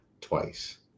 twice